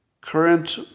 current